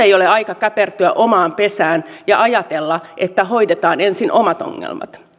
ei ole aika käpertyä omaan pesään ja ajatella että hoidetaan ensin omat ongelmat